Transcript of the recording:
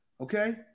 Okay